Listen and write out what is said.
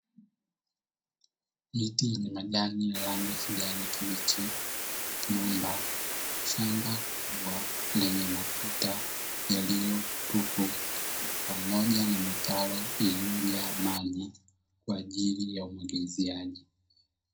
Miti yenye majani yenye rangi ya kijani kibichi, nyumba, shamba kubwa lenye matuta yaliyo tupu, pamoja na mitaro iliyojaa maji kwajili ya umwagiliziaji.